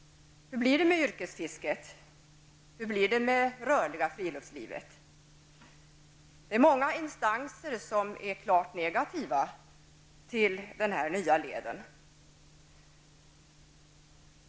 Hur blir det med yrkesfisket och det rörliga friluftslivet? Det är många instanser som är klart negativa till den nya leden.